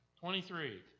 Twenty-three